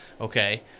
okay